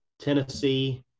tennessee